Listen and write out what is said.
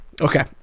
Okay